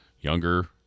younger